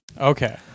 okay